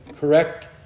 correct